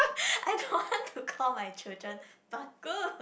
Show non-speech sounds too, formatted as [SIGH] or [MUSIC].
[LAUGHS] I don't want to call my children Bak Kut